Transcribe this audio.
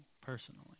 personally